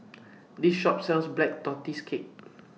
This Shop sells Black Tortoise Cake